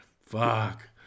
Fuck